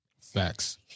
Facts